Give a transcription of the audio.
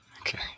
okay